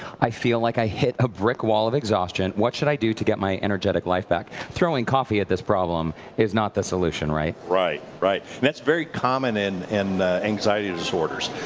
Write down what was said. i feel like i hit a brick wall of exhaustion. what should i do to get my energetic life back? throwing coffee at this problem is not the solution, right? right. that's very common and and anxiety disorders.